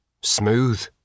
smooth